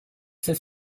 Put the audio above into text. for